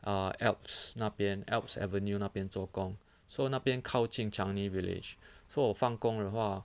um alps 那边 alps avenue 那边做工 so 那边靠近 changi village so 我放工的话